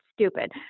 stupid